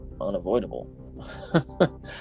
unavoidable